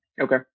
Okay